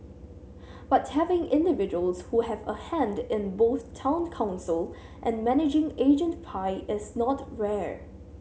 but having individuals who have a hand in both Town Council and managing agent pie is not rare